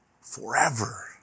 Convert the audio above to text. forever